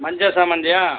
மஞ்சள் சாமந்தியா